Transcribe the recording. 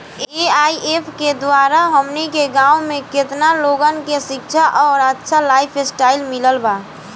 AIF के द्वारा हमनी के गांव में केतना लोगन के शिक्षा और अच्छा लाइफस्टाइल मिलल बा